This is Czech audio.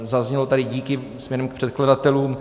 Zaznělo tady díky směrem k předkladatelům.